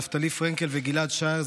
נפתלי פרנקל וגיל-עד שער,